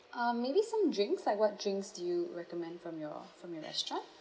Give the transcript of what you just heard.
um maybe some drinks like what drinks do you recommend from your from your restaurant